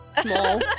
Small